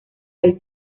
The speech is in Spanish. del